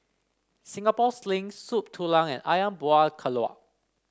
Singapore Sling Soup Tulang and ayam Buah Keluak